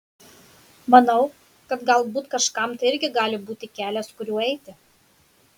manau kad galbūt kažkam tai irgi gali būti kelias kuriuo eiti